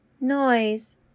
noise